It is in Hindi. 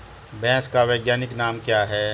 भैंस का वैज्ञानिक नाम क्या है?